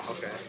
Okay